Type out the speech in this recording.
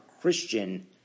Christian